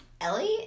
Ellie